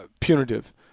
punitive